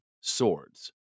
swords